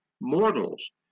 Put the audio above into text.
mortals